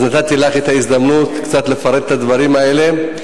אז נתתי לך את ההזדמנות קצת לפרט את הדברים האלה.